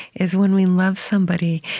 is when we love somebody,